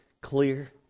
clear